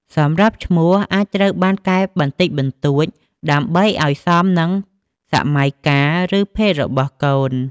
សម្រាប់ឈ្មោះអាចត្រូវបានកែបន្តិចបន្តួច ដើម្បីអោយសមនឹងសម័យកាល ឬភេទរបស់កូន។